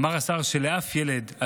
אמר השר שלאף ילד,